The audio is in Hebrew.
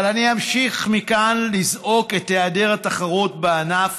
אבל אני אמשיך מכאן לזעוק את היעדר התחרות בענף